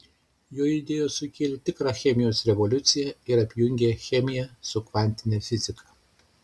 jo idėjos sukėlė tikrą chemijos revoliuciją ir apjungė chemiją su kvantine fiziką